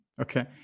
Okay